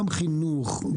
גם חינוך,